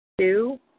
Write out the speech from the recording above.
Two